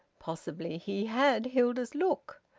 possibly he had hilda's look!